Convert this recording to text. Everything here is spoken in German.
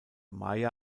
maya